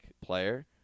player